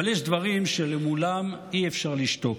אבל יש דברים שלמולם אי-אפשר לשתוק.